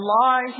lie